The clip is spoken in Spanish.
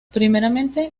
primeramente